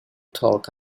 talk